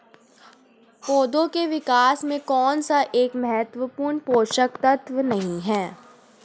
पौधों के विकास में कौन सा एक महत्वपूर्ण पोषक तत्व नहीं है?